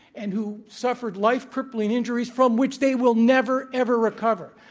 and who suffered life-crippling injuries from which they will never, ever recover.